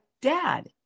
dad